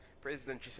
President